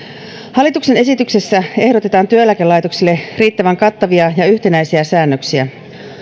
hallituksen esityksessä ehdotetaan työeläkelaitoksille riittävän kattavia ja yhtenäisiä säännöksiä